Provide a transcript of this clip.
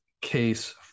case